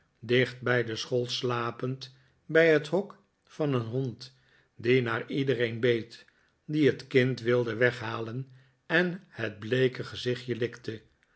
bij de school slapend bij het hok van een hond die naar iedereen beet die het kind wilde weghalen en het bleeke gezichtje likte